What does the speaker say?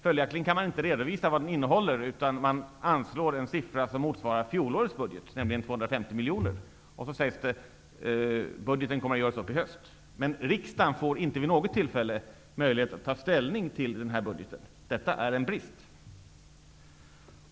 Följaktligen kan man inte redovisa vad den innehåller, utan man begär en siffra som motsvarar fjolårets budget, nämligen 250 miljoner kronor. Sedan sägs det att budgeten skall fastställas i höst. Riksdagen får inte vid något tillfälle möjlighet att ta ställning till budgeten. Detta är en brist.